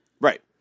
Right